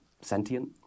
sentient